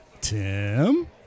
Tim